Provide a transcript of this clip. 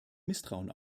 misstrauen